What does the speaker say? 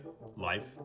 life